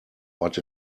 but